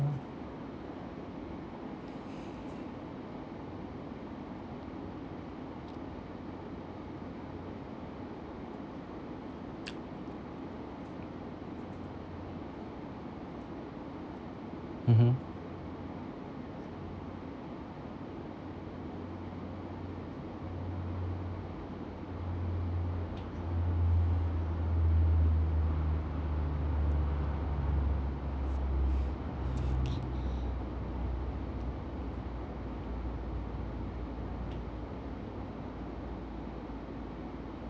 mmhmm